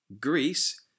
Greece